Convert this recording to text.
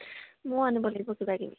মইও আনিব লাগিব কিবা কিবি